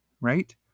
right